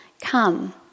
come